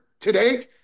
today